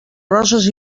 roses